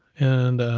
and